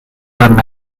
arna